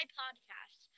podcast